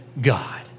God